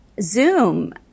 Zoom